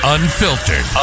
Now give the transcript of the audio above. Unfiltered